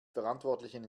verantwortlichen